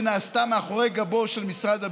שנעשתה מאחורי גבו של משרד הביטחון,